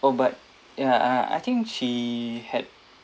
oh but ya I I think she had